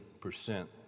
percent